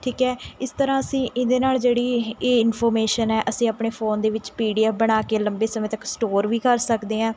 ਠੀਕ ਹੈ ਇਸ ਤਰ੍ਹਾਂ ਅਸੀਂ ਇਹਦੇ ਨਾਲ਼ ਜਿਹੜੀ ਇਹ ਇਹ ਇਨਫੋਰਮੇਸ਼ਨ ਹੈ ਅਸੀਂ ਆਪਣੇ ਫ਼ੋਨ ਦੇ ਵਿੱਚ ਪੀ ਡੀ ਐੱਫ ਬਣਾ ਕੇ ਲੰਬੇ ਸਮੇਂ ਤੱਕ ਸਟੋਰ ਵੀ ਕਰ ਸਕਦੇ ਹਾਂ